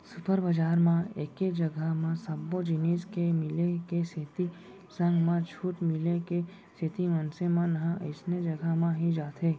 super बजार म एके जघा म सब्बो जिनिस के मिले के सेती संग म छूट मिले के सेती मनसे मन ह अइसने जघा म ही जाथे